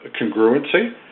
congruency